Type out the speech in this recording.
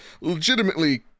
legitimately